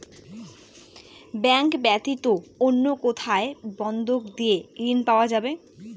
Bank ব্যাতীত অন্য কোথায় বন্ধক দিয়ে ঋন পাওয়া যাবে?